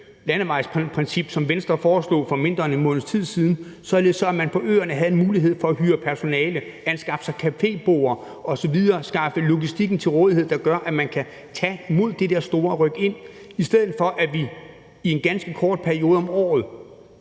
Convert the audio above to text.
landevejsprincip, som Venstre foreslog for mindre end en måneds tid siden, således at man på øerne havde en mulighed for at hyre personale, anskaffe sig caféborde og skaffe den logistik til rådighed, der gør, at man kan tage imod det der store rykind, i stedet for at vi i en ganske kort periode om året